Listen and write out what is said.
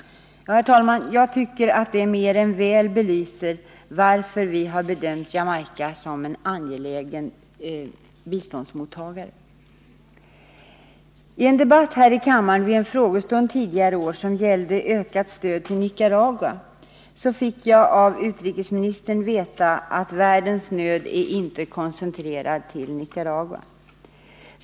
Herr talman! Jag tycker att detta mer än väl belyser varför vi har bedömt Jamaica som en angelägen biståndsmottagare. I en debatt här i kammaren vid en frågestund tidigare i år, som gällde ökat stöd till Nicaragua, fick jag av utrikesministern veta att ”världens nöd är inte koncentrerad till Nicaragua”.